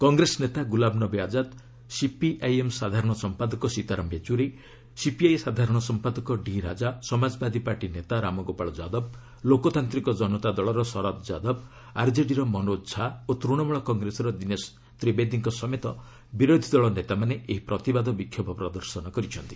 କଂଗ୍ରେସ ନେତା ଗୁଲାମନବୀ ଆଜାଦ୍ ସିପିଆଇଏମ୍ ସାଧାରଣ ସମ୍ପାଦକ ସୀତାରାମ ୟେଚୁରୀ ସିପିଆଇ ସାଧାରଣ ସମ୍ପାଦକ ଡି ରାଜା ସମାଜବାଦୀ ପାର୍ଟି ନେତା ରାମଗୋପାଳ ଯାଦବ ଲୋକତାନ୍ତିକ ଜନତା ଦଳର ଶରଦ ଯାଦବ ଆର୍କେଡିର ମନୋଜ ଝା ଓ ତୃଶମୂଳ କଂଗ୍ରେସର ଦିନେଶ ତ୍ରିବେଦୀଙ୍କ ସମେତ ବିରୋଧୀ ଦଳ ନେତାମାନେ ଏହି ପ୍ରତିବାଦ ବିକ୍ଷୋଭ ପ୍ରଦର୍ଶନ କରିଛନ୍ତି